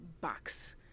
box